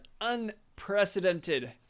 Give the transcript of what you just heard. unprecedented